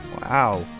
Wow